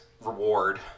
reward